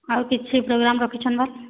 ଆଉ କିଛି ପୋଗ୍ରାମ୍ ରଖିଛନ୍ ଭାଏଲ୍